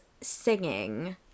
Singing